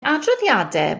adroddiadau